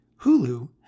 Hulu